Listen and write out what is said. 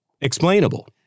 explainable